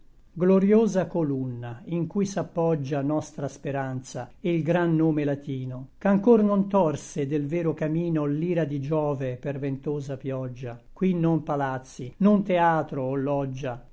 glorïosa columna in cui s'appoggia nostra speranza e l gran nome latino ch'ancor non torse del vero camino l'ira di giove per ventosa pioggia qui non palazzi non theatro o loggia